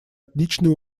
отличный